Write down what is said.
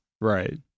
Right